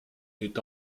est